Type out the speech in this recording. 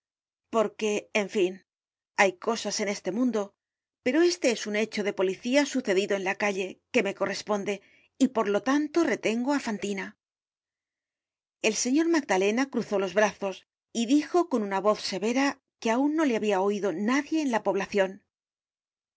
porque en fin hay cosas en este mundo pero este es un hecho de policía sucedido en la calle que me corresponde y por lo tanto retengo á fantina el señor magdalena cruzó los brazos y dijo con una voz severa que aun no le habia oido nadie en la poblacion